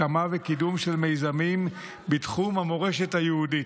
הקמה וקידום של מיזמים בתחום המורשת היהודית,